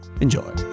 enjoy